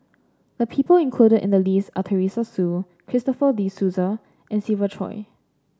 the people included in the list are Teresa Hsu Christopher De Souza and Siva Choy